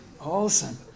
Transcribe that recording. Awesome